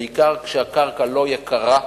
בעיקר כשהקרקע לא יקרה,